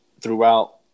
throughout